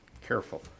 Careful